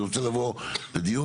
אני רוצה לבוא לדיון,